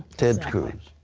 ted cruz.